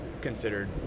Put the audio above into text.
considered